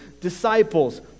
disciples